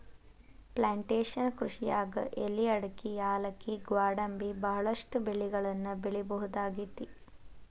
plantation ಕೃಷಿಯಾಗ್ ಎಲಿ ಅಡಕಿ ಯಾಲಕ್ಕಿ ಗ್ವಾಡಂಬಿ ಬಹಳಷ್ಟು ಬೆಳಿಗಳನ್ನ ಬೆಳಿಬಹುದಾಗೇತಿ